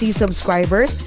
subscribers